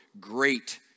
great